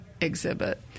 exhibit